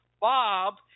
Bob